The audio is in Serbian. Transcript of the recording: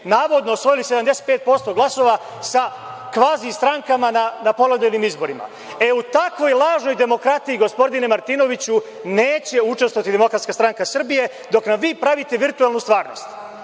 navodno osvojili 75% glasova sa kvazi strankama na ponovljenim izborima. E, u takvoj lažnoj demokratiji, gospodine Martinoviću, neće učestvovati DSS, dok nam vi pravite virtuelnu stvarnost,